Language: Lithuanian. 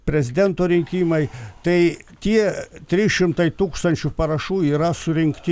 prezidento rinkimai tai tie trys šimtai tūkstančių parašų yra surinkti